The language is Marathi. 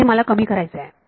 हे मला कमी करायचे आहे